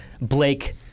Blake